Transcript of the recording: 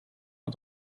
het